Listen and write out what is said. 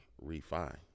refine